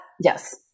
Yes